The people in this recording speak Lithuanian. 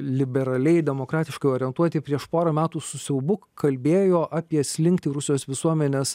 liberaliai demokratiškai orientuoti prieš porą metų su siaubu kalbėjo apie slinktį rusijos visuomenės